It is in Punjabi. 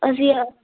ਅਸੀਂ